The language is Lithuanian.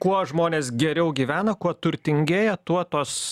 kuo žmonės geriau gyvena kuo turtingėja tuo tos